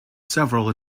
several